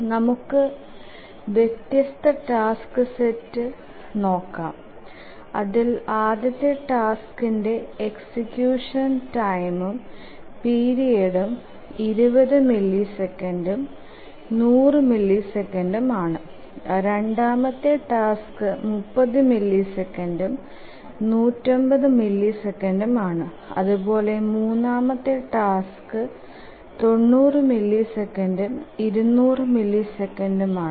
നമുക്ക് വ്യത്യ്സടാ task set നോക്കാം അതിൽ ആദ്യടെ ടാസ്കിന്റെ എക്സിക്യൂഷൻ ടൈംഉം പീരീഡ്ഉം 20മില്ലിസെക്കൻഡും 100 മില്ലിസെക്കൻഡും ആണ് രണ്ടാമത്തെ ടാസ്ക് 30 മില്ലിസെക്കൻഡും 150മില്ലിസെക്കൻഡും ആണ് അതുപോലെ മൂന്നാമത്തെ ടാസ്ക് 90മില്ലിസെക്കൻഡും 200മില്ലിസെക്കൻഡും ആണ്